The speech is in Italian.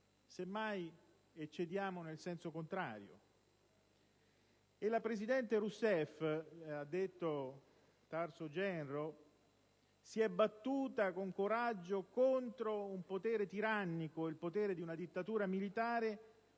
semmai, eccediamo nel senso contrario. E la presidente Rousseff - ha detto Tarso Genro - «si è battuta con coraggio contro un potere tirannico, il potere di una dittatura militare,